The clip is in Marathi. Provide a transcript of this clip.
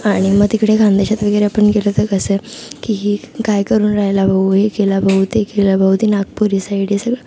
आणि मग तिकडे खान्देशात वगैरे आपण गेलं तर कसं की ही काय करून राहिला भाऊ हे केला भाऊ ते केला भाऊ ते नागपुरी साईड हे सगळं